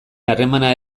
harremana